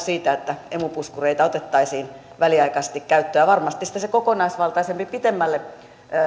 siitä että emu puskureita otettaisiin väliaikaisesti käyttöön ja varmasti sitten sen kokonaisvaltaisemman pidemmälle